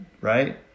Right